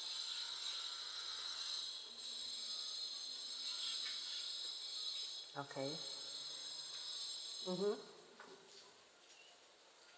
okay mmhmm